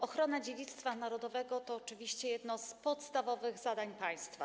Ochrona dziedzictwa narodowego to oczywiście jedno z podstawowych zadań państwa.